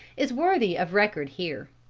is worthy of record here